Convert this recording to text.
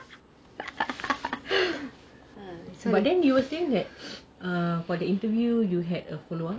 but then you were saying that for the interview you had a follow up